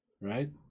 Right